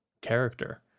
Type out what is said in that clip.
character